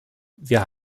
wir